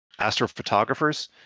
astrophotographers